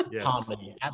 Comedy